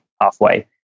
halfway